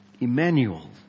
Emmanuel